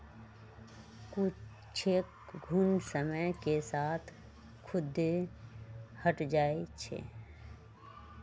कुछेक घुण समय के साथ खुद्दे हट जाई छई